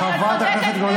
חוצפה, חוצפה,